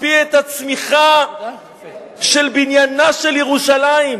מקפיא את הצמיחה של בניינה של ירושלים,